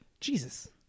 Jesus